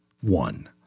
one